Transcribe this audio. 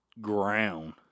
ground